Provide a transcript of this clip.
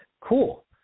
Cool